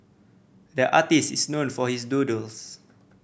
the artist is known for his doodles